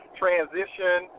transition